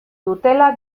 dutela